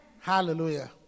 Hallelujah